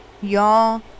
y'all